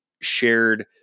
shared